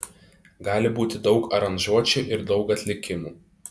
gali būti daug aranžuočių ir daug atlikimų